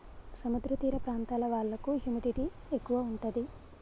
సముద్ర తీర ప్రాంతాల వాళ్లకు హ్యూమిడిటీ ఎక్కువ ఉంటది